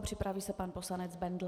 Připraví se pan poslanec Bendl.